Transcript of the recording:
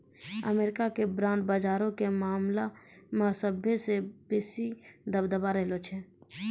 America के bond बजारो के मामला मे सभ्भे से बेसी दबदबा रहलो छै